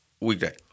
weekday